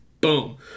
Boom